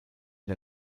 der